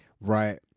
right